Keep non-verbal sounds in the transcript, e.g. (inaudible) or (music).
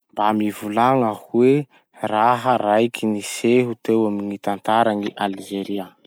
Mba mivolagna hoe raha raiky niseho teo amy gny tantaran'i (noise) Alzeria?